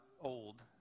old